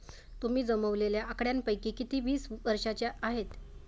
तुम्ही जमवलेल्या आकड्यांपैकी किती वीस वर्षांचे आहेत?